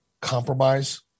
compromise